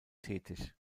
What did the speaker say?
tätig